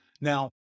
Now